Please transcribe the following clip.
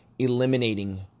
eliminating